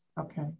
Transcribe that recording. Okay